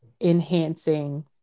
enhancing